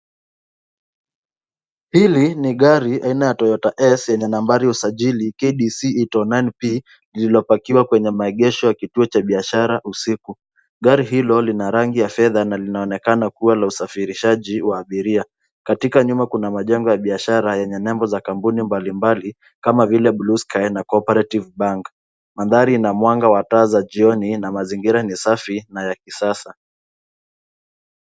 Hili ni gari aina ya Toyota S yenye nambari wa usajili KDC 809P lililo pakiwa kwenye maegesho ya kituo cha biashara usiku, gari hilo lina rangi la fedha na linaonekana kuwa wa usafirishaji wa abiria. Katika nyuma kuna majengo ya biashara yenye nembo za kampuni mbali mbali kama vile Blue Sky na Cooperative Bank . Mandhari ina mwanga wa taa za jioni na mazingira ni safi na ya kisasa.